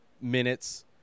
minutes